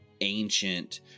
ancient